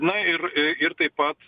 na ir ir taip pat